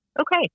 Okay